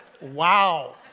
Wow